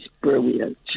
brilliant